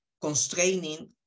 constraining